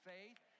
Faith